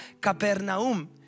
Capernaum